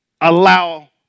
allow